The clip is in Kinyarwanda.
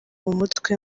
umutwe